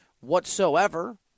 whatsoever